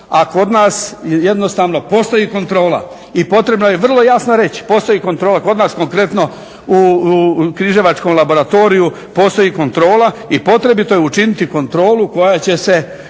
a kod nas jednostavno postoji kontrola i potrebno je vrlo jasno reći. Postoji kontrola kod nas konkretno u križevačkom laboratoriju postoji kontrola i potrebito je učiniti kontrolu koja će se